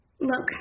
Look